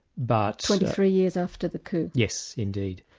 but twenty-three years after the coup. yes, indeed.